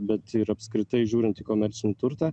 bet ir apskritai žiūrint į komercinį turtą